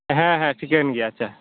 ᱦᱮᱸ ᱦᱮᱸ ᱴᱷᱤᱠᱟᱹᱱ ᱜᱮᱭᱟ ᱟᱪᱷᱟ